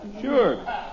Sure